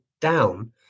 down